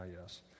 yes